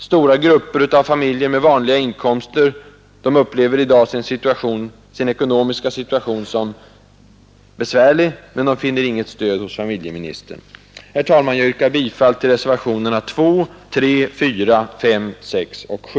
Stora grupper av familjer med vanliga inkomster upplever i dag sin ekonomiska situation som besvärlig men finner inget stöd hos familje - ministern. Herr talman! Jag yrkar bifall till reservationerna 2, 3, 4, 5, 6 och 7.